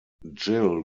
gill